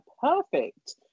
perfect